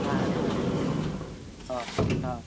હા એના હં હં